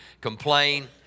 complain